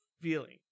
feeling